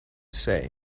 say